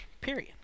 period